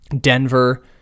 Denver